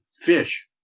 fish